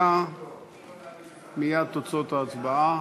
מייד תוצאות ההצבעה.